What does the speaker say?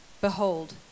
Behold